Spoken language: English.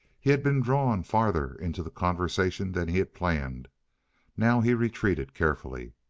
he had been drawn farther into the conversation than he planned now he retreated carefully.